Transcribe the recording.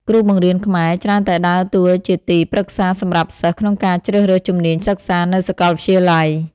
គ្រូបង្រៀនខ្មែរច្រើនតែដើរតួជាទីប្រឹក្សាសម្រាប់សិស្សក្នុងការជ្រើសរើសជំនាញសិក្សានៅសាកលវិទ្យាល័យ។